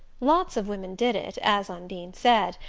lots of women did it, as undine said,